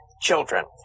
children